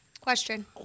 question